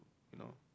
you know